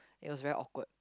it was very awkward